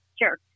Sure